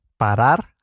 parar